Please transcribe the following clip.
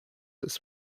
this